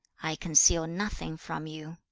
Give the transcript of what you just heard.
i conceal nothing from you.